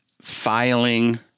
filing